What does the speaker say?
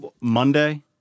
Monday